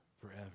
forever